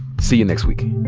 see you next week